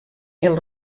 els